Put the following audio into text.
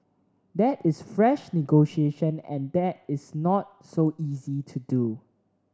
that is fresh negotiation and that is not so easy to do